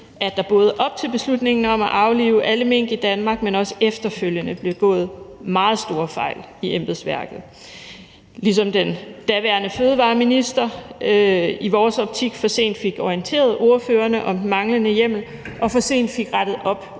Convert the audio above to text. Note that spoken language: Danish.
at der både op til beslutningen om at aflive alle mink i Danmark, men også efterfølgende blev begået meget store fejl i embedsværket, ligesom den daværende fødevareminister i vores optik for sent fik orienteret ordførerne om den manglende hjemmel og for sent fik rettet op